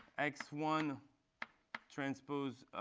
x one transpose